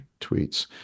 tweets